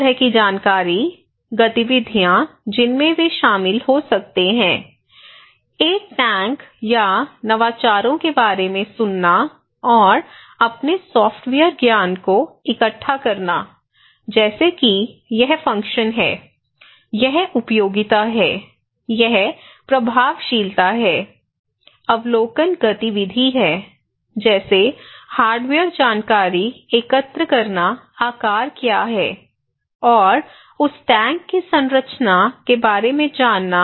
3 तरह की जानकारी गतिविधियाँ जिनमें वे शामिल हो सकते हैं एक टैंक या नवाचारों के बारे में सुनना और अपने सॉफ़्टवेयर ज्ञान को इकट्ठा करना जैसे कि यह फ़ंक्शन है यह उपयोगिता है यह प्रभावशीलता है अवलोकन गतिविधि है जैसे हार्डवेयर जानकारी एकत्र करना आकार क्या है और उस टैंक की संरचना के बारे में जानना